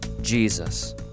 Jesus